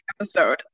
episode